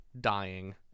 dying